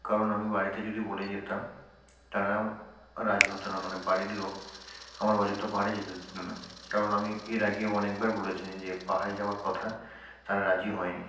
কারণ আমি বাড়িতে যদি বলে যেতাম তারা রাজি হতো না মানে বাড়ির লোক আমার অযোধ্যা পাহাড়ে যেতে দিত না কারণ আমি এর আগেও অনেকবার বলেছি যে পাহাড়ে যাওয়ার কথা তারা রাজি হয়নি